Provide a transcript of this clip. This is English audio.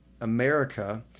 America—